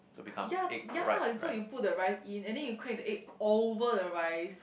ya ya so you put the rice in and then you crack the egg over the rice